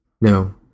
No